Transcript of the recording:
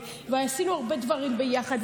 ועשינו הרבה דברים ביחד,